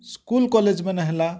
school college ମାନେ ହେଲା